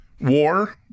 War